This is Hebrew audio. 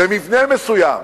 במבנה מסוים.